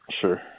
Sure